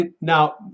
now